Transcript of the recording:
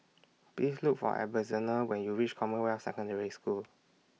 Please Look For Ebenezer when YOU REACH Commonwealth Secondary School